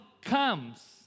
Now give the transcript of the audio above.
comes